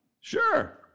sure